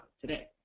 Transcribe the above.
today